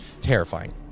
Terrifying